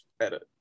edit